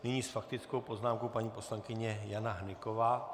Nyní s faktickou poznámkou paní poslankyně Jana Hnyková.